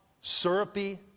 syrupy